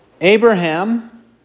Abraham